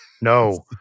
No